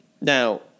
now